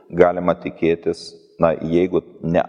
galima tikėtis na jeigu ne